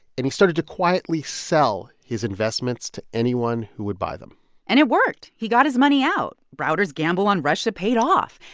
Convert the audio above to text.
and he started to quietly sell his investments to anyone who would buy them and it worked. he got his money out. browder's gamble on russia paid off.